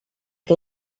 que